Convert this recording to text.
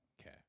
Okay